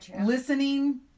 listening